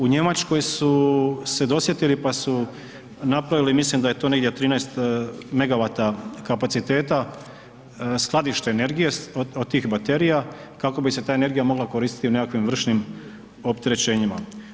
U Njemačkoj su se dosjetili, pa su napravili, mislim da je to negdje od 13 megawata kapaciteta, skladište energije od tih baterija kako bi se ta energija mogla koristiti u nekakvim vršnim opterećenjima.